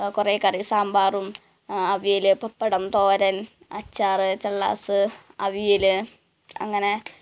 കുറേ കറി സാമ്പാറും അവിയൽ പപ്പടം തോരൻ അച്ചാർ ചള്ളാസ്സ് അവിയൽ അങ്ങനെ